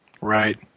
Right